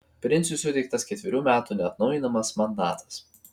princui suteiktas ketverių metų neatnaujinamas mandatas